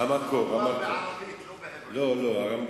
המקור הוא בערבית, לא בעברית.